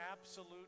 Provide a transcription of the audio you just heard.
absolute